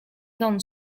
done